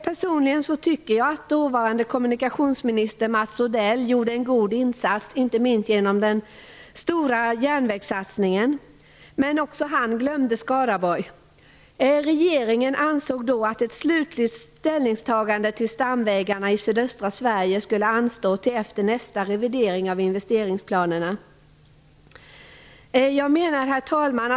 Personligen tycker jag att dåvarande kommunikationsministern, Mats Odell, gjorde en god insats, inte minst genom den stora järnvägssatsningen. Men också han glömde Skaraborg. Regeringen ansåg då att ett slutligt ställningstagande till stamvägarna i sydöstra Sverige skulle anstå till efter nästa revidering av investeringsplanerna. Herr talman!